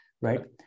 Right